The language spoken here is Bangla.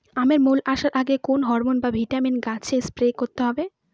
আমের মোল আসার আগে কোন হরমন বা ভিটামিন গাছে স্প্রে করতে হয়?